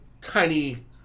tiny